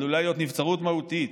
עלולה להיות נבצרות מהותית,